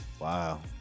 Wow